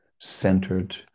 centered